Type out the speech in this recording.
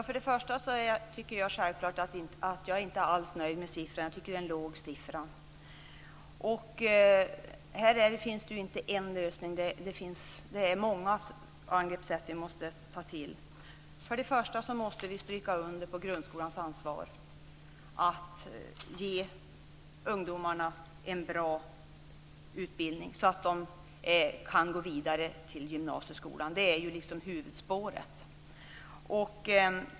Fru talman! Självklart är jag inte alls nöjd med siffrorna. Jag tycker att det är låga tal. Här är det inte fråga om bara en lösning, utan det är många angreppssätt som vi måste ta till. Vi måste stryka under grundskolans ansvar att ge ungdomarna en bra utbildning så att de kan gå vidare till gymnasieskolan. Det är huvudspåret.